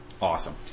Awesome